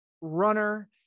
runner